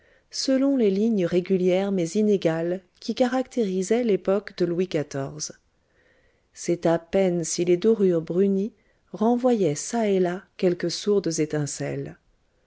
selon les lignes régulières mais inégales qui caractérisaient l'époque de louis xiv c'est à peine si les dorures brunies renvoyaient çà et là quelques sourdes étincelles